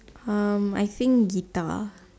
um I think guitar